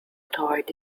toward